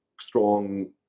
strong